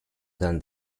than